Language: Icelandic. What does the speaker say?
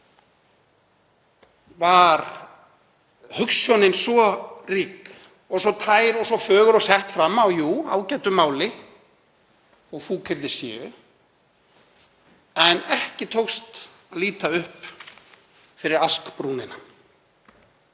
var hugsjónin svo rík og svo tær og svo fögur og sett fram á, jú, ágætu máli þótt fúkyrði séu, en ekki tókst að líta upp fyrir askbrúnina.